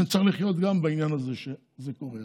צריך לחיות גם בעניין הזה, כשזה קורה.